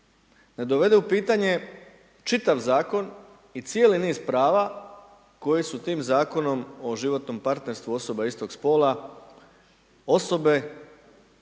ne dovede u pitanje čitav Zakon i cijeli niz prava koji su tim Zakonom o životnom partnerstvu osoba istog spola, osobe